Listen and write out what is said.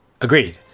Agreed